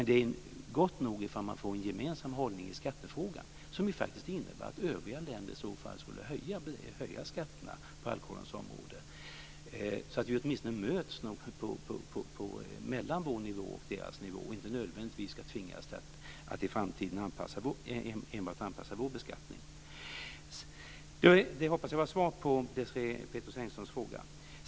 Det är gott nog ifall vi får en gemensam hållning i skattefrågan, som ju faktiskt skulle innebära att övriga länder i så fall skulle höja skatterna på alkoholens område, så att vi åtminstone möts mellan vår och deras nivå och inte nödvändigtvis tvingas att i framtiden enbart anpassa vår beskattning. Jag hoppas att detta var svar på Desirée Pethrus Engströms fråga.